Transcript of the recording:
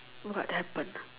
what happened